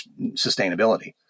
sustainability